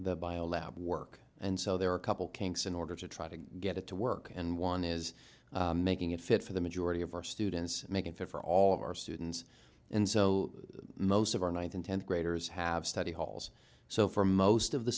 the bio lab work and so there are a couple kinks in order to try to get it to work and one is making it fit for the majority of our students make it fair for all of our students and so most of our ninth and tenth graders have study halls so for most of the